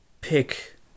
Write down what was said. pick